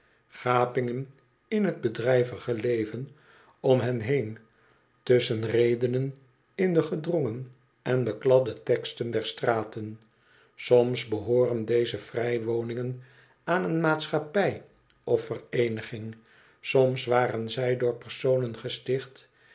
gapingen in t bedrijvige leven om hen heen tusschenredenen in de gedrongen en bekladde teksten der straten soms behooren deze vrij woningen aan een maatschappij of vereeniging soms waren zij door personen gesticht